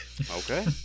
Okay